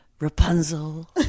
Rapunzel